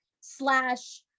slash